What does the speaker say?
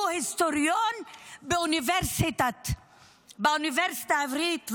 הוא היסטוריון באוניברסיטה העברית.